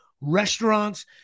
restaurants